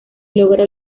logra